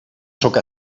sóc